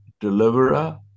deliverer